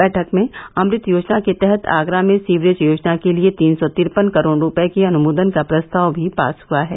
बैठक में अमृत योजना के तहत आगरा में सीवरेज योजना के लिये तीन सौ तिरपन करोड़ रूपये के अनुमोदन का प्रस्ताव भी पास हुआ है